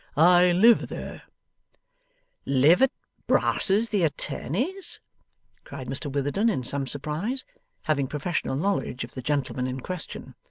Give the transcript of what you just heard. i live there live at brass's the attorney's cried mr witherden in some surprise having professional knowledge of the gentleman in question.